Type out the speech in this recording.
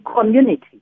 community